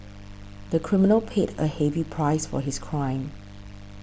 the criminal paid a heavy price for his crime